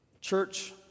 Church